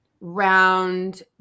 round